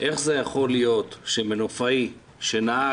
איך זה יכול להיות שמנופאי שנהג,